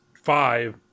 Five